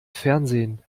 fernsehen